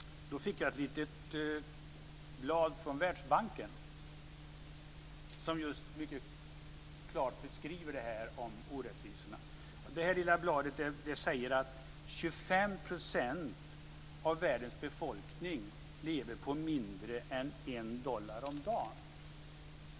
Då fick jag ett litet blad från Världsbanken som mycket klart beskriver orättvisorna. Det här lilla bladet säger att 25 % av världens befolkning lever på mindre än 1 dollar om dagen.